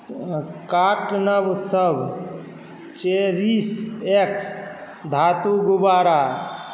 कार्टनरसभ चेरिश एक्स धातु गुब्बारा